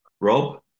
Rob